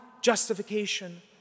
justification